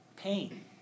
pain